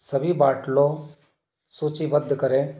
सभी बाटलों सूचीबद्ध करें